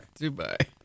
Dubai